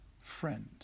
friend